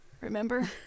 remember